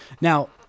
Now